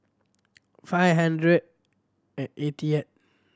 five hundred and eightieth